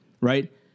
right